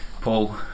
Paul